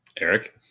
Eric